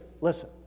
listen